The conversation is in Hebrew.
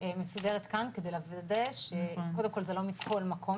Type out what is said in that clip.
ומסודרת כאן כדי לוודא שקודם כל זה לא מכל מקום,